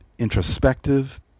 introspective